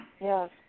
Yes